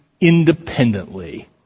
independently